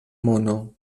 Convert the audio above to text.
mono